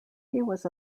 was